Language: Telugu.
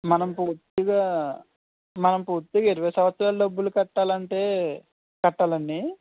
మనం పూర్తిగా మనం పూర్తిగా ఇరవై సంవత్సరాలు డబ్బులు కట్టాలంటే కట్టాలాండి